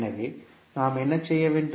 எனவே நாம் என்ன செய்ய வேண்டும்